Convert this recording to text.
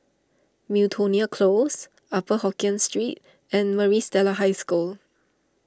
Miltonia Close Upper Hokkien Street and Maris Stella High School